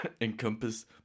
encompass